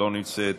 אינה נוכחת,